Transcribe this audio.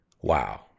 Wow